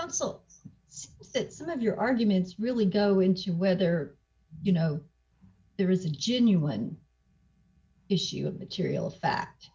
it's that some of your arguments really go into whether you know there is a genuine issue of material fact